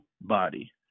body